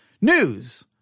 News